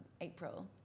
April